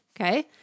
okay